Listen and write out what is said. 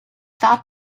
thought